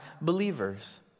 believers